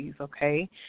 okay